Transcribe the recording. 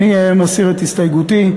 אני מסיר את הסתייגותי.